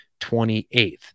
28th